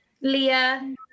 Leah